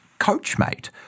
Coachmate